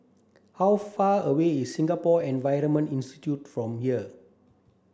how far away is Singapore Environment Institute from here